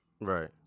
Right